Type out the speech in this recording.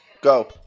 Go